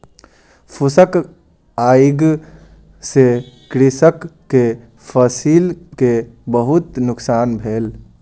फूसक आइग से कृषक के फसिल के बहुत नुकसान भेल